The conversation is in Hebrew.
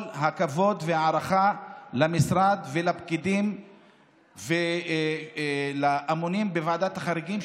כל הכבוד וההערכה למשרד ולפקידים ולאמונים בוועדת החריגים.